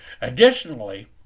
Additionally